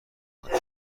کنیم